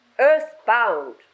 earthbound